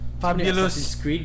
fabulous